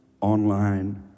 online